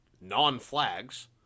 non-flags